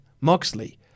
Moxley